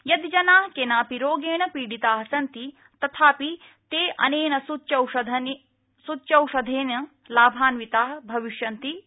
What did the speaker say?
यदि जना केनापि रोगेण पीडिता सन्ति तथापि ते अनेन सूच्यौषधेन लाभान्विता भविष्यन्ति इति